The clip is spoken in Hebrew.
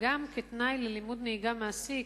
וגם כתנאי ללימוד נהיגה מעשי,